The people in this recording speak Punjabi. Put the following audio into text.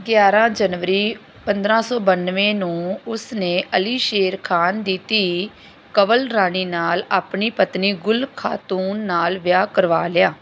ਗਿਆਰ੍ਹਾਂ ਜਨਵਰੀ ਪੰਦਰ੍ਹਾਂ ਸੌ ਬਾਨਵੇਂ ਨੂੰ ਉਸਨੇ ਅਲੀ ਸ਼ੇਰ ਖਾਨ ਦੀ ਧੀ ਕੰਵਲ ਰਾਣੀ ਨਾਲ ਆਪਣੀ ਪਤਨੀ ਗੁਲ ਖਾਤੂਨ ਨਾਲ ਵਿਆਹ ਕਰਵਾ ਲਿਆ